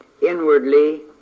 Inwardly